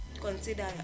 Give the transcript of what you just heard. consider